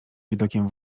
widokiem